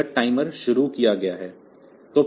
यह टाइमर शुरू किया गया है